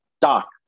Doc